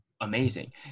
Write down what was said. amazing